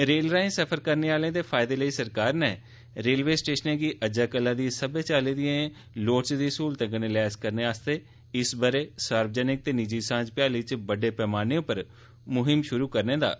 rail राहें सफर करने आहलें दे फायदे लेई सरकार रेलवे स्टेशनें गी अज्जै कल्लै दी सब्बै लोड़चदी सहूलतें कन्नै लैस करने आस्तै इस ब'रे सार्वजनिक ते निजी सांझ भ्याली च बड़ु पैमाने उप्पर मुहिम शुरू करूग